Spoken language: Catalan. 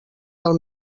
del